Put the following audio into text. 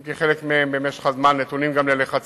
אם כי חלק מהם במשך הזמן נתונים גם ללחצים.